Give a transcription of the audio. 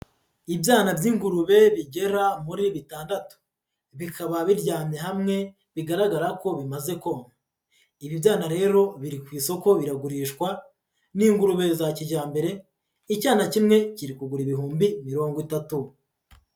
Ibyana by'ingurube bigera muri bitandatu, bikaba biryamye hamwe, bigaragara ko bimaze konka. Ibi byana rero biri ku isoko biragurishwa, ni ingurube za kijyambere, icyana kimwe kiri kugura ibihumbi mirongo itatu.